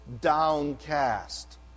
downcast